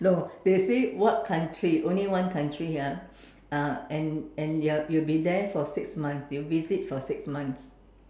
no they say what country only one country ah uh and and you are you will be there for six months you visit for six months